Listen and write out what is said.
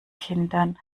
kindern